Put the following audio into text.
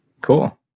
Cool